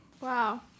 Wow